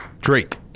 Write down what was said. Drake